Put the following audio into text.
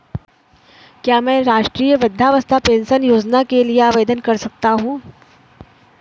क्या मैं राष्ट्रीय वृद्धावस्था पेंशन योजना के लिए आवेदन कर सकता हूँ?